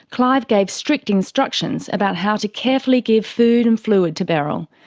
clive gave strict instructions about how to carefully give food and fluid to beryl,